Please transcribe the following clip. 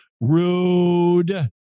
rude